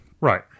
Right